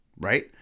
Right